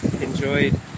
enjoyed